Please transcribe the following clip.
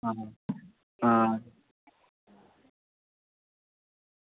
आं